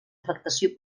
afectació